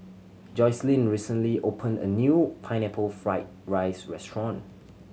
Jocelyne recently opened a new Pineapple Fried rice restaurant